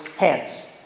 hands